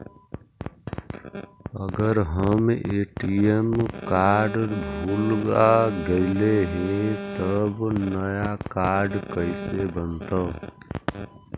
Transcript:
अगर हमर ATM card भुला गैलै हे तब नया काड कइसे बनतै?